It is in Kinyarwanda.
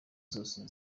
zose